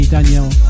Danielle